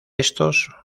estos